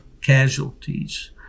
casualties